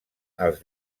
als